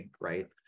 right